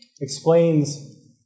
explains